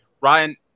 Ryan